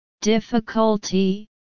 Difficulty